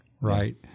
right